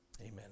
Amen